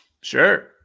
sure